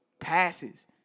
passes